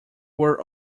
were